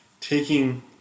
taking